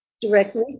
directly